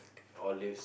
olives